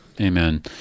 Amen